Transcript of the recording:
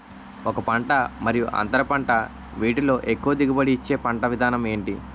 ఒక పంట మరియు అంతర పంట వీటిలో ఎక్కువ దిగుబడి ఇచ్చే పంట విధానం ఏంటి?